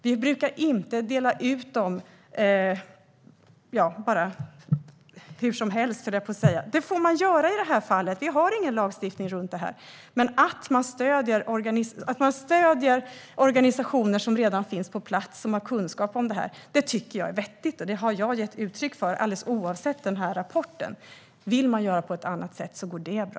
Vi brukar inte dela ut medel hur som helst. Det får man göra i det här fallet. Vi har ingen lagstiftning runt det här. Men att man stöder organisationer som redan finns på plats och har kunskap om det här tycker jag är vettigt, och det har jag gett uttryck för, helt oavsett den här rapporten. Vill man göra på ett annat sätt går det bra.